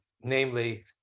namely